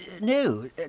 No